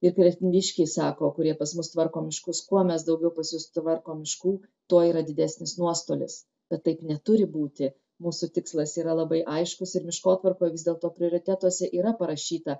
ir kretingiškiai sako kurie pas mus tvarko miškus kuo mes daugiau pas jus tvarkom miškų tuo yra didesnis nuostolis bet taip neturi būti mūsų tikslas yra labai aiškus ir miškotvarkoj vis dėlto prioritetuose yra parašyta